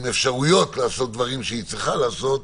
אפשרויות לעשות דברים שהיא צריכה לעשות,